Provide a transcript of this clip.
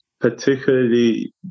particularly